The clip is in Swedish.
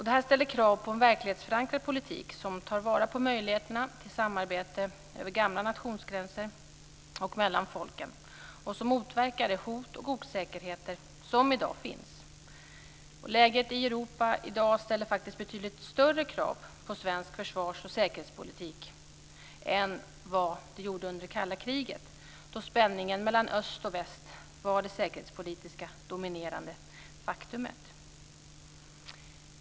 Det ställer krav på en verklighetsförankrad politik som tar vara på möjligheterna till samarbete över gamla nationsgränser och mellan folken som motverkar de hot och de osäkerheter som i dag finns. Läget i Europa i dag ställer betydligt större krav på svensk försvars och säkerhetspolitik än vad det gjorde under det kalla kriget då spänningen mellan öst och väst var det säkerhetspolitiskt dominerande faktumet.